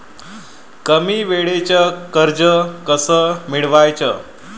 कमी वेळचं कर्ज कस मिळवाचं?